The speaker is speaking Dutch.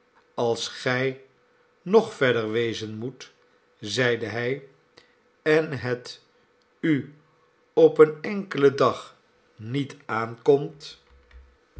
als gij nog verder wezen moet zeide hij en het u op een enkelen dag niet aankomt